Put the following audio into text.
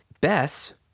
Bess